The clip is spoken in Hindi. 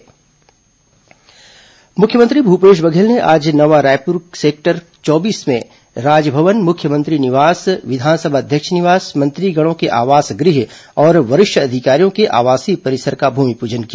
राजभवन मुख्यमंत्री निवास भूमिपूजन मुख्यमंत्री भूपेश बघेल ने आज नवा रायपूर के सेक्टर चौबीस में राजभवन मुख्यमंत्री निवास विधानसभा अध्यक्ष निवास मंत्रीगणों के आवास गृह और वरिष्ठ अधिकारियों के आवासीय परिसर का भूमिपूजन किया